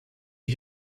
die